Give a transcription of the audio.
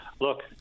look